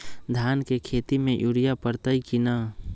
धान के खेती में यूरिया परतइ कि न?